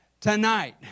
Tonight